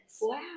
Wow